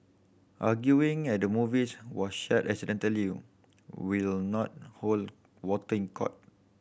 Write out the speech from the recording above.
arguing and the movies was shared accidentally will not hold water in court